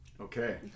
okay